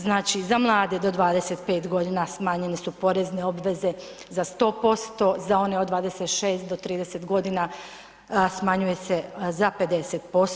Znači za mlade do 25 godina smanjene su porezne obveze za 100%, za one od 26 do 30 godina smanjuje se za 50%